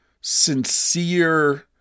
sincere